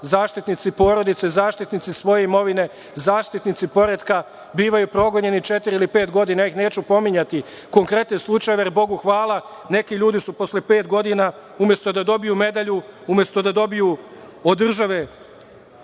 zaštitnici porodice, zaštitnici svoje imovine, zaštitnici poretka, bivaju progonjeni četiri ili pet godina. Ja neću pominjati konkretne slučajeve jer, bogu hvala, neki ljudi su posle pet godina, umesto da dobiju medalju, umesto da dobiju od države